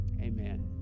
amen